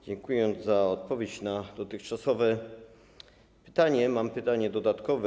Dziękuję za odpowiedź na dotychczasowe pytanie i mam pytanie dodatkowe: